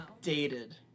dated